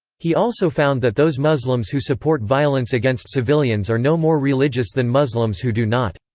he also found that those muslims who support violence against civilians are no more religious than muslims who do not.